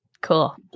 Cool